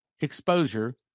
exposure